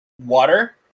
Water